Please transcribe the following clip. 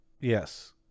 Yes